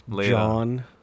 John